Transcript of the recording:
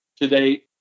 today